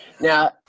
Now